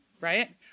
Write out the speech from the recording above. Right